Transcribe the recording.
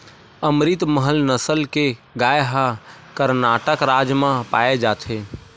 अमरितमहल नसल के गाय ह करनाटक राज म पाए जाथे